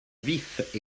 vif